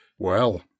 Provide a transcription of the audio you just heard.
Well